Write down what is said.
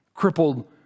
Crippled